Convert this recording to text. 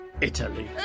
Italy